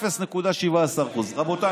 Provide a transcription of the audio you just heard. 0.17%. רבותיי,